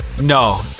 No